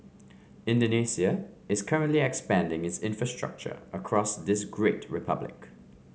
indonesia is currently expanding its infrastructure across this great republic